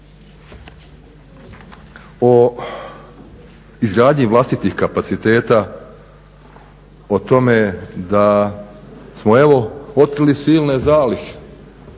O izgradnji vlastitih kapaciteta o tome da smo evo otkrili silne zalihe